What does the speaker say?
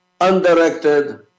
undirected